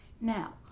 Now